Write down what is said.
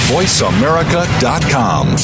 VoiceAmerica.com